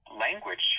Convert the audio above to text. language